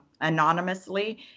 anonymously